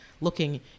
looking